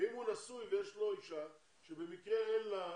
ואם הוא נשוי ויש לו אישה שבמקרה אין לה,